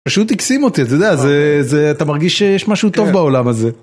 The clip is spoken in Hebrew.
פשוט הקסים אותי, אתה יודע, אתה מרגיש שיש משהו טוב בעולם הזה.